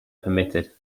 permitted